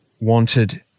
wanted